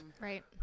Right